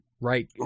right